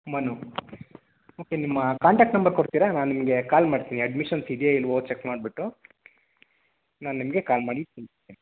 Manu okay ನಿಮ್ಮ contact number ಕೊಡ್ತೀರಾ ನಾನು ನಿಮಗೆ ಕಾಲ್ ಮಾಡ್ತೀನಿ ಅಡ್ಮಿಷನ್ಸ್ ಇದೆಯೋ ಇಲ್ವೋ ಚಕ್ ಮಾಡಿಬಿಟ್ಟು ನಾನು ನಿಮಗೆ ಕಾಲ್ ಮಾಡಿ ತಿಳ್ಸ್ತೇನೆ